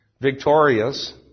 victorious